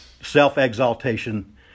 Self-exaltation